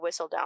Whistledown